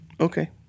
Okay